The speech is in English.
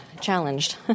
challenged